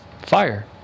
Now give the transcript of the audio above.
fire